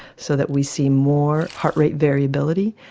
so that we see more heartrate variability.